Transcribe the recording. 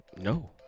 no